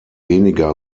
weniger